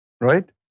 right